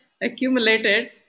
accumulated